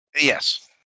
Yes